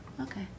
Okay